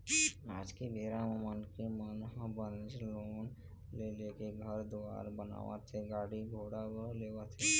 आज के बेरा म मनखे मन ह बनेच लोन ले लेके घर दुवार बनावत हे गाड़ी घोड़ा लेवत हें